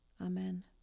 Amen